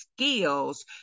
skills